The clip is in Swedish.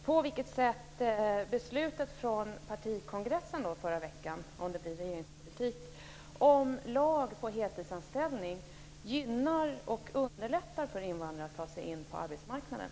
På vilket sätt kommer beslutet från partikongressen i förra veckan - om det blir regeringspolitik - om lag på heltidsanställning att gynna och underlätta för invandrare att ta sig in på arbetsmarknaden?